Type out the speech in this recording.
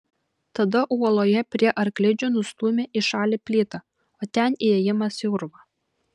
tada uoloje prie arklidžių nustūmė į šalį plytą o ten įėjimas į urvą